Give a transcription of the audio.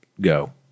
go